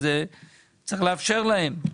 אז צריך לאפשר להם.